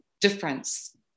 difference